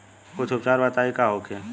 कुछ उपचार बताई का होखे?